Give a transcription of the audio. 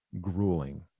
grueling